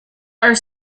are